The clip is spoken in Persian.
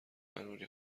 قناری